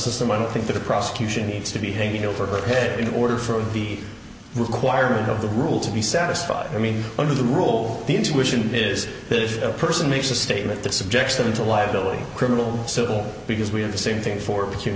system i don't think the prosecution needs to be hanging over her head in order for the requirement of the rule to be satisfied i mean under the rule the intuition is this person makes a statement that subjects them to liability criminal civil because we have the same thing for